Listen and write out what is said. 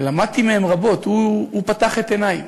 שלמדתי מהם רבות, הוא פתח את עיני.